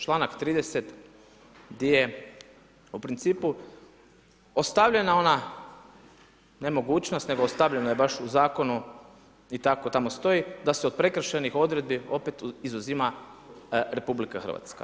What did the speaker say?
Članak 30., di je u principu ostavljena ona ne mogućnost, nego ostavljena je baš u zakonu i tako tamo stoji, da se od prekršajnih odredbi opet izuzima RH.